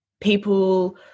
people